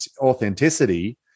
authenticity